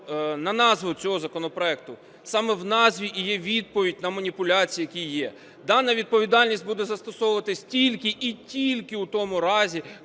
на назву цього законопроекту, саме в назві і є відповідь на маніпуляції, які є. Дана відповідальність буде застосовуватися тільки і тільки в тому разі,